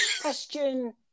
Question